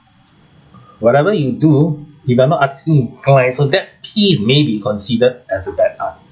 whatever you do if you are not artistically inclined so that piece may be considered as a bad art